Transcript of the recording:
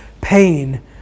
pain